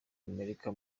amerika